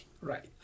Right